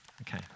Okay